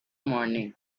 morning